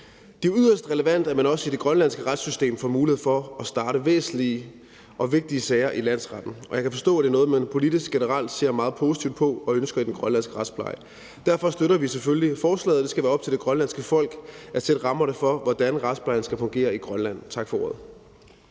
Det er yderst relevant, at man også i det grønlandske retssystem får mulighed for at starte væsentlige og vigtige sager i landsretten, og jeg kan forstå, at det er noget, man politisk generelt ser meget positivt på og ønsker i den grønlandske retspleje. Derfor støtter vi selvfølgelig forslaget. Det skal være op til det grønlandske folk at sætte rammerne for, hvordan retsplejen skal fungere i Grønland. Tak for ordet.